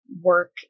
work